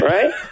Right